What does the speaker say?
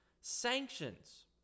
sanctions